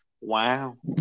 Wow